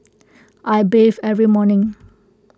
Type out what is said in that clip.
I bathe every morning